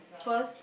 first